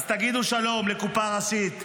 אז תגידו שלום ל"קופה ראשית",